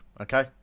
okay